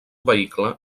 vehicle